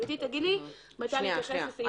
גברתי תגיד לי מתי להתייחס לסעיף קטן (ב).